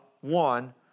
one